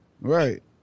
Right